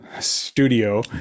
studio